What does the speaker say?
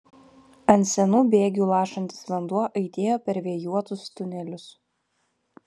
ant senų bėgių lašantis vanduo aidėjo per vėjuotus tunelius